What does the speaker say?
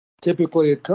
typically